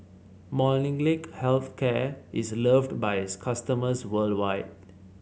Molnylcke Health Care is loved by its customers worldwide